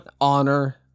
honor